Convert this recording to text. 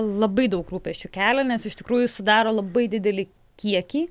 labai daug rūpesčių kelia nes iš tikrųjų sudaro labai didelį kiekį